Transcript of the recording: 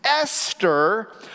Esther